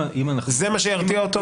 זה מה שירתיע אותו?